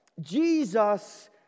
Jesus